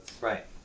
Right